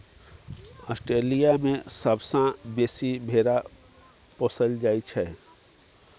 Australia मे सबसँ बेसी भेरा पोसल जाइ छै